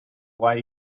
why